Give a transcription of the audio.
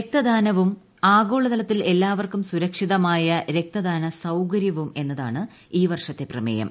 രക്തദാനവും ആഗോളതലത്തിൽ എല്ലാവർക്കും സുരക്ഷിതമായ രക്തദാന സൌകര്യവും എന്നതാണ് ഈ വർഷത്തെ പ്രമേയം